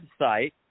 website